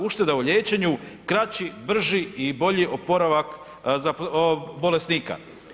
Ušteda u liječenju, kraći, brži i bolji opravak bolesnika.